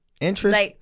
Interest